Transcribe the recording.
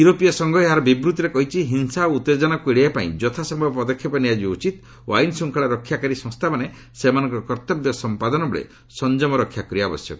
ୟୁରୋପୀୟ ସଂଘ ଏହାର ବିବୃତ୍ତିରେ କହିଛି ହିଂସା ଓ ଉତ୍ତେଜନାକୁ ଏଡ଼େଇବାପାଇଁ ଯଥାସମ୍ଭବ ପଦକ୍ଷେପ ନିଆଯିବା ଉଚିତ ଓ ଆଇନ ଶ୍ଚଙ୍ଖଳା ରକ୍ଷାକାରୀ ସଂସ୍ଥାମାନେ ସେମାନଙ୍କର କର୍ତ୍ତବ୍ୟ ସମ୍ପାଦନବେଳେ ସଂଯମ ରକ୍ଷା କରିବା ଆବଶ୍ୟକ